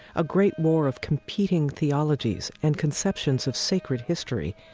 a great war of competing theologies and conceptions of sacred history,